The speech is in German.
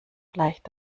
bleicht